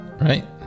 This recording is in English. Right